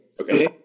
Okay